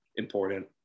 important